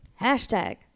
Hashtag